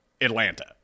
Atlanta